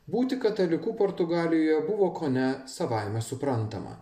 būti kataliku portugalijoje buvo kone savaime suprantama